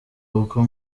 kuko